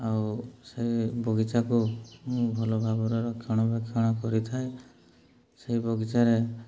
ଆଉ ସେ ବଗିଚାକୁ ମୁଁ ଭଲ ଭାବରେ ରକ୍ଷଣ ବେକ୍ଷଣ କରିଥାଏ ସେଇ ବଗିଚାରେ